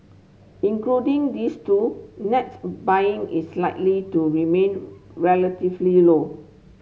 including these two net buying is likely to remain relatively low